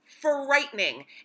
frightening